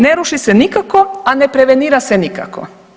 Ne ruši se nikako, a ne prevenira se nikako.